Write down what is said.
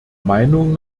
meinung